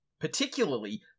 Particularly